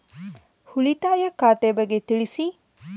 ಉಳಿತಾಯ ಖಾತೆ ಬಗ್ಗೆ ತಿಳಿಸಿ?